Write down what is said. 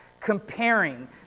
comparing